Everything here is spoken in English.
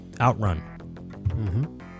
OutRun